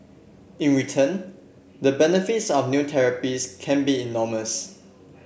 in return the benefits of new therapies can be enormous